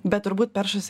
bet turbūt peršasi